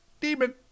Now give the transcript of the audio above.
demon